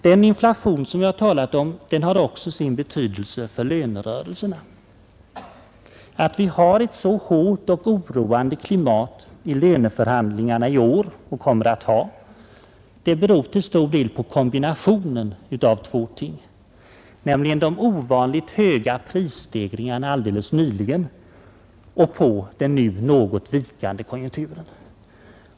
Den inflationen som jag har talat om har också sin betydelse för lönerörelserna. Att vi har och kommer att ha ett så hårt och oroande klimat i löneförhandlingarna i år beror till stor del på kombinationen av två ting, nämligen de ovanligt kraftiga prisstegringarna nyligen och den nu något vikande konjunkturen.